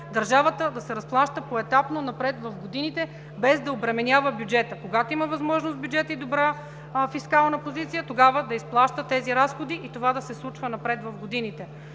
държавата да се разплаща поетапно напред в годините, без да обременява бюджета. Когато има възможност бюджетът и добра фискална позиция, тогава да изплаща тези разходи и това да се случва напред в годините.